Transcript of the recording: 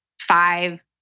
five